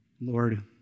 Lord